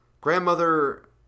Grandmother